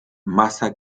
masa